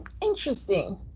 interesting